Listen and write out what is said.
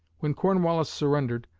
when cornwallis surrendered,